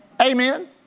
Amen